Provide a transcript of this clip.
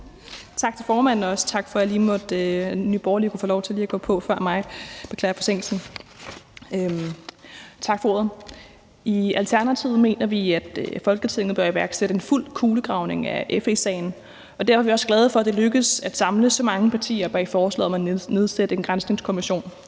Tak til formanden, og også tak for, at Nye Borgerlige kunne få lov til lige at gå på før mig; jeg beklager forsinkelsen. Tak for ordet. I Alternativet mener vi, at Folketinget bør iværksætte en fuld kulegravning af FE-sagen, og derfor er vi også glade for, at det er lykkedes at samle så mange partier bag forslaget om at nedsætte en granskningskommission.